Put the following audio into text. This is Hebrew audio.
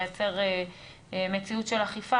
לייצר מציאות של אכיפה,